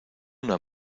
una